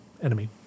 enemy